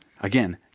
again